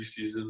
preseason